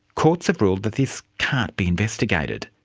courts have ruled that this can't be investigated.